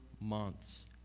months